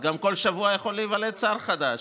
אז כל שבוע יכול להיוולד גם שר חדש,